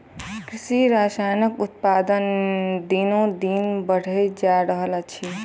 कृषि रसायनक उत्पादन दिनोदिन बढ़ले जा रहल अछि